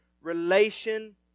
relation